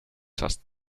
just